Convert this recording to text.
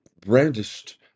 brandished